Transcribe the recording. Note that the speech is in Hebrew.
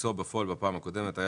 הביצוע בפועל בפעם הקודמת היה